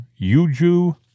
Yuju